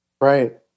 Right